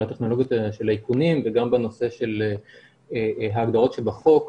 הטכנולוגיות של האיכונים וגם בנושא של הגדרות שבחוק.